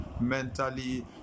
mentally